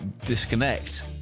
disconnect